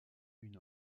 une